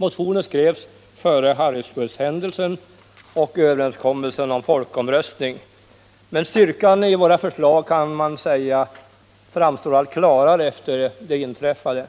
Motionen skrevs före Harrisburghändelsen och överenskommelsen om folkomröstning, men man kan säga att styrkan i våra krav framstår allt klarare efter det inträffade.